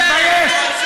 תתבייש.